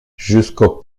jusqu’au